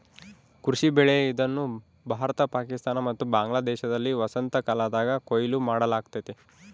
ಕೃಷಿ ಬೆಳೆ ಇದನ್ನು ಭಾರತ ಪಾಕಿಸ್ತಾನ ಮತ್ತು ಬಾಂಗ್ಲಾದೇಶದಲ್ಲಿ ವಸಂತಕಾಲದಾಗ ಕೊಯ್ಲು ಮಾಡಲಾಗ್ತತೆ